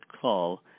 call